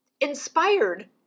inspired